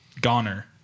Goner